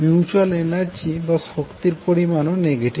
mutual energy বা শক্তি পরিমাণও নেগেটিভ